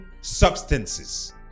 substances